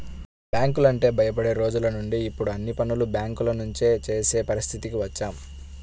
బ్యాంకులంటే భయపడే రోజులనుంచి ఇప్పుడు అన్ని పనులు బ్యేంకుల నుంచే చేసే పరిస్థితికి వచ్చాం